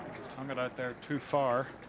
just hung it out there too far.